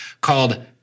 called